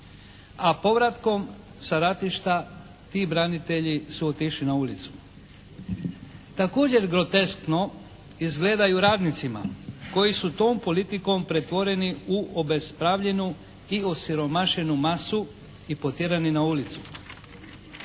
a povratkom sa ratišta ti branitelji su otišli na ulicu. Također groteskno izgledaju radnicima koji su tom politikom pretvoreni u obespravljenu i osiromašenu masu i potjerani na ulicu.